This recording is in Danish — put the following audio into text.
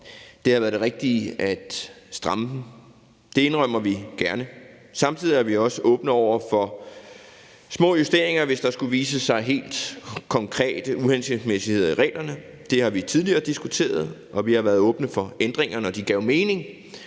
det har været det rigtige at stramme dem; det indrømmer vi gerne. Samtidig er vi også åbne over for små justeringer, hvis der skulle vise sig helt konkrete uhensigtsmæssigheder i reglerne. Det har vi tidligere diskuteret, og vi har været åbne for ændringer, når de gav mening